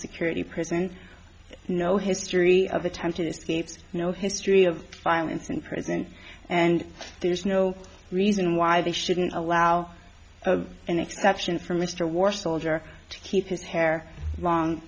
security prison no history of attempted escapes no history of violence in prison and there's no reason why they shouldn't allow an exception for mr war soldier to keep his hair long